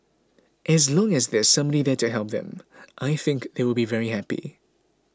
as long as there's somebody there to help them I think they will be very happy